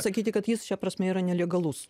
sakyti kad jis šia prasme yra nelegalus